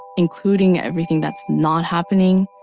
including everything that's not happening,